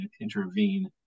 intervene